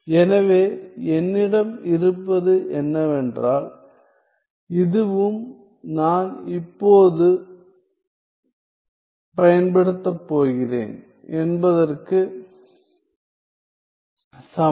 எனவே என்னிடம் இருப்பது என்னவென்றால் இதுவும் நான் இப்போது பயன்படுத்தப் போகிறேன் என்பதற்கு சமம்